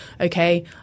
Okay